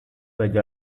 dagli